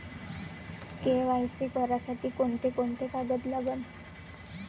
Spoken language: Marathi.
के.वाय.सी करासाठी कोंते कोंते कागद लागन?